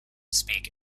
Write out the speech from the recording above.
speak